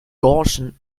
gaussian